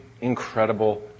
incredible